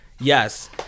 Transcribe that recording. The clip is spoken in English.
yes